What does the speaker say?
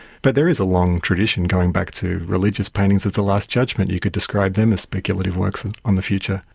but there is a long tradition going back to religious paintings of the last judgement, you could describe them as speculative works and on the future.